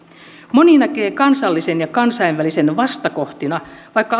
moni näkee kansallisen ja kansainvälisen vastakohtina vaikka